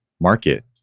market